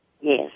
Yes